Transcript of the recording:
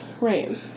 Right